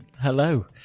Hello